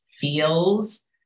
feels